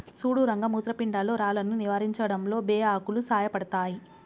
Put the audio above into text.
సుడు రంగ మూత్రపిండాల్లో రాళ్లను నివారించడంలో బే ఆకులు సాయపడతాయి